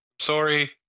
sorry